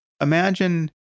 Imagine